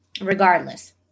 Regardless